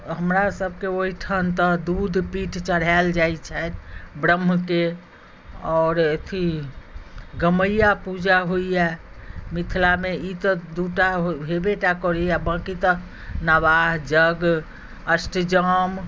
हमरासबके ओहिठाम तऽ दूध पीठ चढ़ायल जाइत छनि ब्रह्मके आओर अथी गमैया पूजा होइया मिथिलामे ई तऽ दूटा हेबेटा करैया बाँकी तऽ नवाह जग अष्टजाम